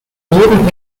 weben